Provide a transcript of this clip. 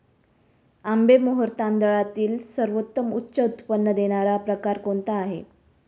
आंबेमोहोर तांदळातील सर्वोत्तम उच्च उत्पन्न देणारा प्रकार कोणता आहे?